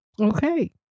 Okay